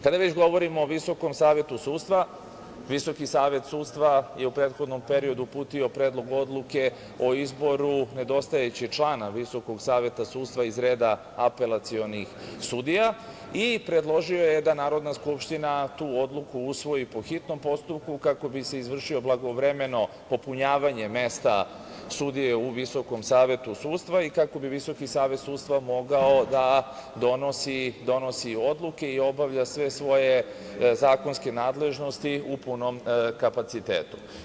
Kada već govorimo o VSS, Visoki savet sudstva je u prethodnom periodu uputio predlog odluke o izboru nedostajućeg člana VSS iz reda apelacionih sudija i predložio je da Narodna skupština tu odluku usvoji po hitnom postupku kako bi se izvršilo blagovremeno popunjavanje mesta sudije u VSS i kako bi VSS mogao da donosi odluke i obavlja sve svoje zakonske nadležnosti u punom kapacitetu.